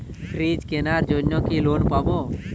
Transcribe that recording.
Fridge কেনার জন্য কি লোন পাব?